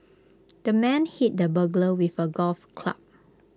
the man hit the burglar with A golf club